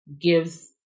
gives